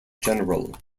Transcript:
general